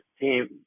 team